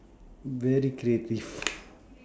very creative